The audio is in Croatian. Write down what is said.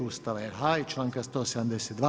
Ustava RH i članka 172.